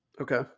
Okay